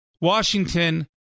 Washington